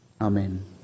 Amen